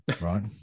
right